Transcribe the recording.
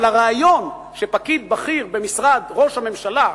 אבל הרעיון שפקיד בכיר במשרד ראש הממשלה,